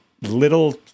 little